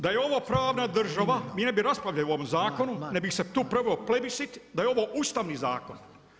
Da je ovo pravna država, mi ne bi raspravljali o ovom zakonu nego bi se tu proveo plebiscit da je ovo ustavni zakon.